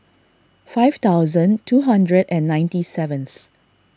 five thousand two hundred and ninety seventh